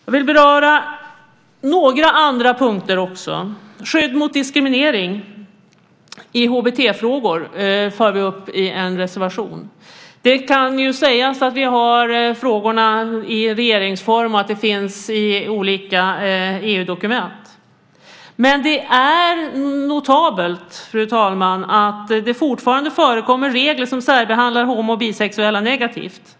Jag vill beröra några andra punkter också. Skydd mot diskriminering i HBT-frågor för vi upp i en reservation. Det kan sägas att vi har frågorna i regeringsform och att det finns i olika EU-dokument, men det är att notera, fru talman, att det fortfarande förekommer regler som särbehandlar homo och bisexuella negativt.